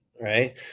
right